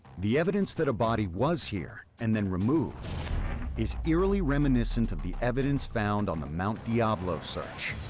the evidence that a body was here and then removed is eerily reminiscent of the evidence found on the mount diablo search.